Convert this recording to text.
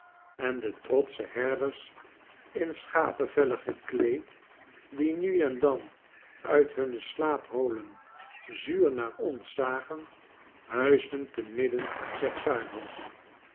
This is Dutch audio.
en de trotsche herders in schapevellen gekleed die nu en dan uit hunne slaapholen zuur naar ons zagen huisden te midden der